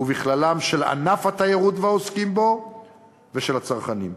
ובכללם האינטרסים של ענף התיירות והעוסקים בו ושל הצרכנים.